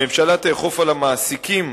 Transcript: הממשלה תאכוף על המעסיקים